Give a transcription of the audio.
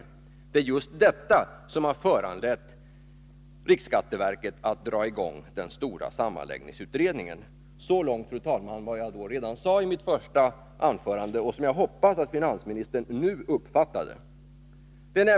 Och det är just detta som har föranlett riksskatteverket att dra i gång den stora sammanläggningsutredningen.” Så långt, fru talman, vad jag redan sagt i mitt första anförande, vilket jag hoppas att finansministern nu uppfattat.